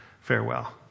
Farewell